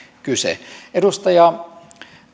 kyse edustaja